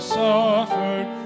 suffered